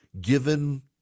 given